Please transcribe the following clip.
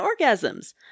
orgasms